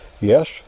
yes